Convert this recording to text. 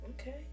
okay